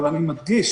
אבל אני מדגיש,